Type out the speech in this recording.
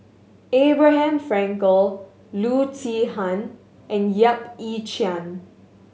Abraham Frankel Loo Zihan and Yap Ee Chian